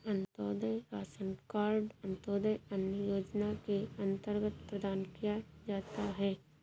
Antyodaya ration card Antyodaya अन्न योजना के अंतर्गत प्रदान किया जाता है